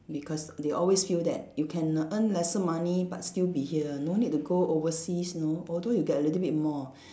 because they always feel that you can earn lesser money but still be here no need to go overseas you know although you get a little bit more